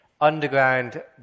underground